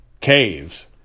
caves